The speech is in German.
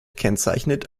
kennzeichnet